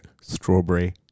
strawberry